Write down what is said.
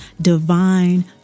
divine